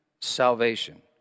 salvation